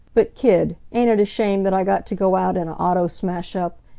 but, kid, ain't it a shame that i got to go out in a auto smashup,